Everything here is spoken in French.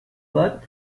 vote